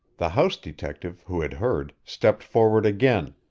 the house detective, who had heard, stepped forward again,